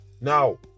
Now